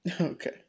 Okay